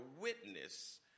witness